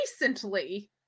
recently